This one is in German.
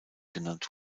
genannt